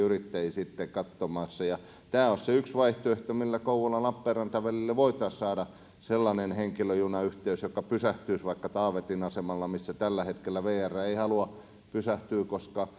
yrittäjiä sitten katsomassa tämä olisi yksi vaihtoehto millä kouvola lappeenranta välille voitaisiin saada sellainen henkilöjunayhteys joka pysähtyisi vaikka taavetin asemalla missä tällä hetkellä vr ei halua pysähtyä koska